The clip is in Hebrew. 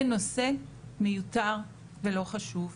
אין נושא מיותר ולא חשוב,